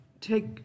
take